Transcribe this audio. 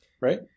right